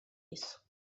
isso